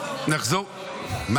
דיברת על הממ"ח עכשיו.